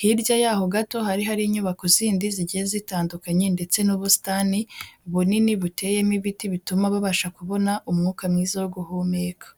hirya yaho gato hari hari inyubako zindi zigiye zitandukanye ndetse n'ubusitani bunini buteyemo ibiti bituma babasha kubona umwuka mwiza wo guhumeka.